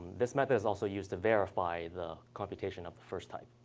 this method is also used to verify the computation of the first type.